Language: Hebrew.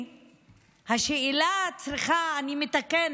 אני מתקנת: